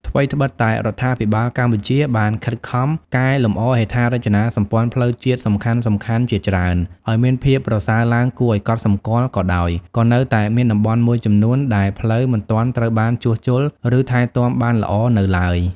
ថ្វីត្បិតតែរដ្ឋាភិបាលកម្ពុជាបានខិតខំកែលម្អហេដ្ឋារចនាសម្ព័ន្ធផ្លូវជាតិសំខាន់ៗជាច្រើនឱ្យមានភាពប្រសើរឡើងគួរឱ្យកត់សម្គាល់ក៏ដោយ ក៏នៅតែមានតំបន់មួយចំនួនដែលផ្លូវមិនទាន់ត្រូវបានជួសជុល ឬថែទាំបានល្អនៅឡើយ។